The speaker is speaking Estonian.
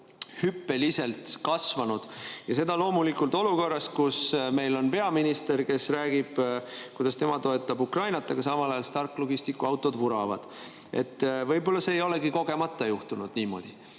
hüppeliselt kasvanud, ja seda loomulikult olukorras, kus meil on peaminister, kes räägib, kuidas tema toetab Ukrainat, aga samal ajal Stark Logisticsi autod vuravad. Võib-olla see ei olegi kogemata juhtunud niimoodi. Aga